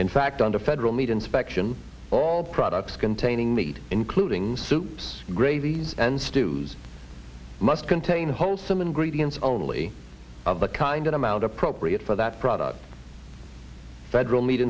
in fact under federal meat inspection all products containing meat including soups gravies and stews must contain wholesome ingredients only of the kind and amount appropriate for that product federal me